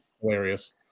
hilarious